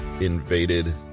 invaded